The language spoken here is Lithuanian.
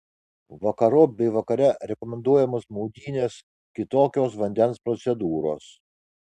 vakarop bei vakare rekomenduojamos maudynės kitokios vandens procedūros